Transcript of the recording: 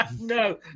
No